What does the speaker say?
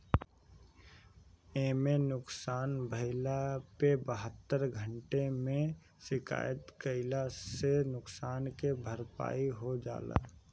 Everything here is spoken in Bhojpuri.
इमे नुकसान भइला पे बहत्तर घंटा में शिकायत कईला से नुकसान के भरपाई हो जाला